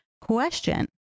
question